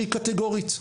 שהיא קטגורית.